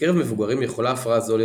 בקרב מבוגרים יכולה הפרעה זו להיות